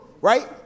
right